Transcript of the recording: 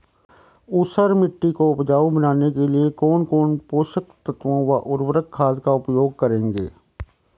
ऊसर मिट्टी को उपजाऊ बनाने के लिए कौन कौन पोषक तत्वों व उर्वरक खाद का उपयोग करेंगे?